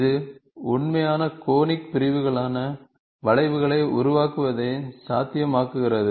இது உண்மையான கோனிக் பிரிவுகளான வளைவுகளை உருவாக்குவதை சாத்தியமாக்குகிறது